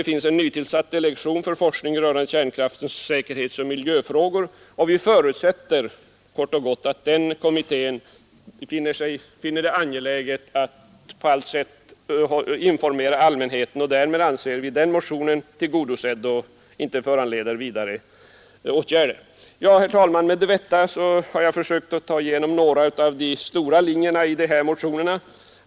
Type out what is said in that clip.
Det finns en nytillsatt kommitté för forskning rörande kärnkraftens säkerhetsoch miljöfrågor, och vi förutsätter kort och gott att denna kommitté finner det angeläget att på allt sätt informera allmänheten. Därmed anser vi att motionen är tillgodosedd och inte föranleder vidare åtgärder. Herr talman! Med detta har jag försökt ta upp några av de stora linjerna i dessa motioner.